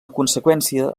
conseqüència